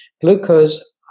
glucose